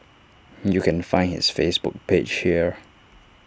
you can find his Facebook page here